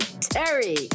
Terry